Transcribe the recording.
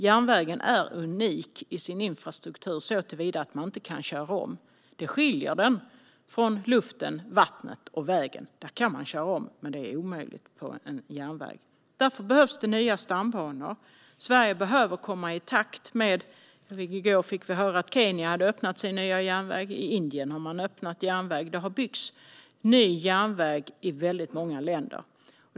Järnvägen är unik i sin infrastruktur såtillvida att man inte kan köra om. Detta skiljer den från luften, vattnet och vägen - där kan man köra om, men det är omöjligt på en järnväg. Därför behövs nya stambanor. Sverige behöver komma i takt. I går fick vi höra att Kenya har öppnat sin nya järnväg. Även i Indien har man öppnat järnväg. Det har byggts ny järnväg i väldigt många länder.